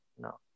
No